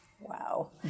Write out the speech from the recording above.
Wow